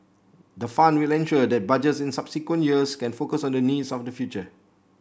the fund will ensure that Budgets in subsequent years can focus on the needs of the future